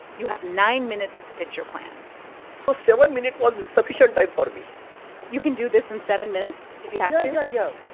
you have nine minutes to pitch your plan so seven minutes was was sufficient time for me you can do this in seven minutes if you have to yeah, yeah